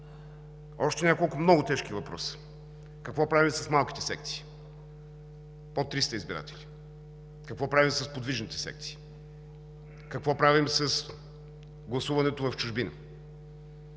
Още няколко много тежки въпроса: какво правим с малките секции под 300 избиратели; какво правим с подвижните секции; какво правим с гласуването в чужбина?